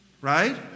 right